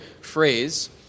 phrase